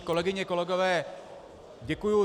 Kolegyně a kolegové, děkuji.